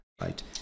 Right